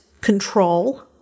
control